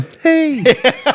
Hey